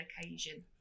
occasion